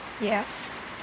yes